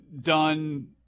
done